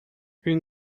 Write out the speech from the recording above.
une